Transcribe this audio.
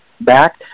back